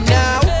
now